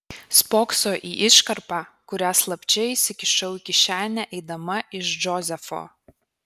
spokso į iškarpą kurią slapčia įsikišau į kišenę eidama iš džozefo